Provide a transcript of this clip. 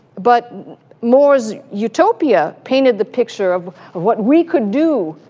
but more's utopia painted the picture of what we could do